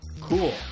Cool